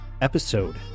episode